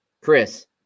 Chris